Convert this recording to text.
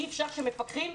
יא אפשר שמפקחים,